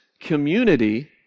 community